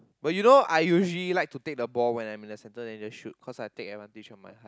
but you know I usually like to take the ball when I'm in the center then I just shoot because I take advantage of my height